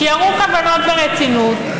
שיראו כוונות ורצינות.